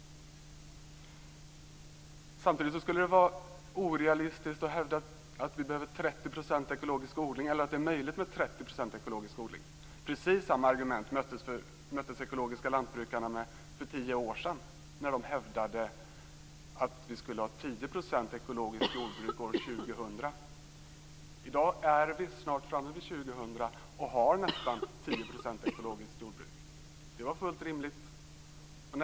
Samtidigt skulle det vara orealistiskt att hävda att det är möjligt med 30 % ekologisk odling. Men precis samma argument mötte de ekologiska lantbrukarna för tio år sedan när de hävdade att jordbruket år 2000 till 10 % skulle vara ekologiskt jordbruk. I dag är vi nästan framme vid år 2000 och har nästan 10 % ekologiskt jordbruk. Det var alltså fullt rimligt.